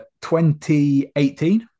2018